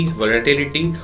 volatility